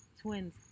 twins